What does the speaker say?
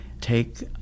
take